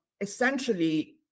essentially